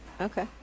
Okay